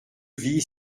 vie